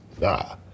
nah